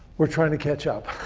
we're trying to catch up.